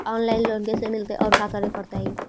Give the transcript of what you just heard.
Online loan कैसे मिलतै औ का करे पड़तै?